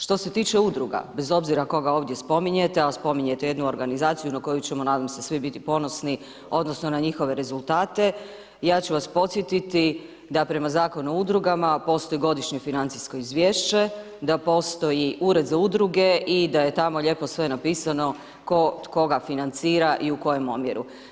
Što se tiče udruga, bez obzira koga ovdje spominjete, ali spominjete jednu organizaciju, na koju ćemo nadam se svi biti ponosni na njihove rezultate, ja ću vas podsjetiti da prema Zakona o udrugama postoje godišnje financijsko izvješće, da postoji ured za udruge i da je tamo lijepo sve napisano, tko koga financira i u kojem omjeru.